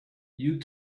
you